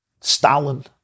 Stalin